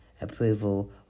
approval